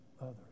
others